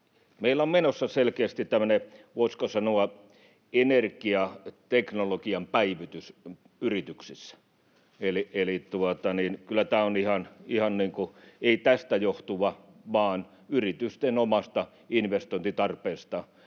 meillä on menossa selkeästi tämmöinen, voisiko sanoa, energiateknologian päivitys yrityksissä. Eli kyllä tämä on ihan ei tästä johtuva, vaan yritysten omasta investointitarpeesta